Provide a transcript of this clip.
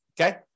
Okay